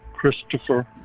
Christopher